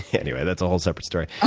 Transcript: anyway, that's a whole separate story.